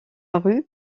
rue